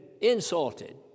insulted